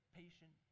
patient